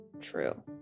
true